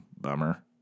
Bummer